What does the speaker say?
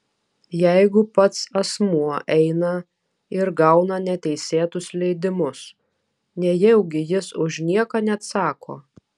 jeigu pats asmuo eina ir gauna neteisėtus leidimus nejaugi jis už nieką neatsako